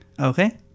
Okay